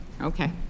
Okay